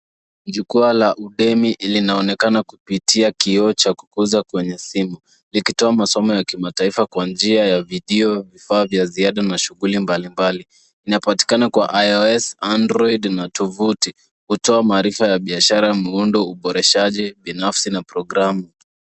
Jukwaa la udemi linaonekana kupitia kioo cha kuguza kwenye simu likitoa masomo ya kimataifa kwa njia ya video, vifaa vya ziada na shughuli mbalimbali. Inapatikana kwa IOS, android na tovuti. Hutoa maarifa ya biashara, muundo, uboreshaji binafsi na programu.